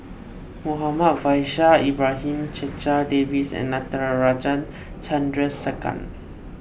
Muhammad Faishal Ibrahim Checha Davies and Natarajan Chandrasekaran